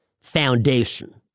foundation